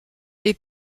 est